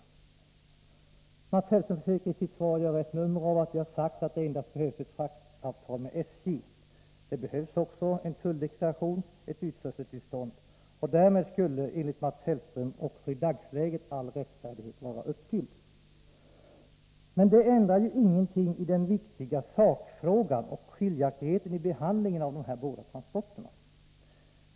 Mats Hellström försöker i sitt svar göra ett nummer av att jag sade att det endast behövs ett fraktavtal med SJ. Det behövs också en tulldeklaration, ett utförseltillstånd, och därmed skulle, enligt Mats Hellström, också i dagsläget all rättfärdighet vara uppfylld. Men det ändrar ju ingenting i den viktiga sakfrågan och när det gäller skiljaktigheten i behandlingen av de här båda transporterna.